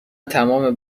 تمام